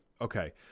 Okay